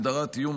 הגדרת איום),